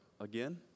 again